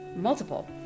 multiple